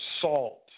salt